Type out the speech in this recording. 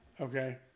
Okay